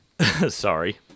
Sorry